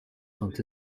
sont